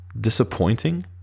disappointing